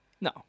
No